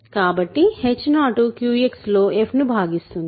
కాబట్టి h0 Q X లో f ను భాగిస్తుంది